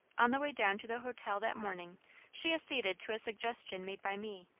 on the way down to the hotel that morning she acceded to a suggestion made by me,